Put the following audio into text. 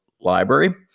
library